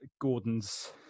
gordon's